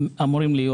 שאמורים להיות,